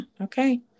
Okay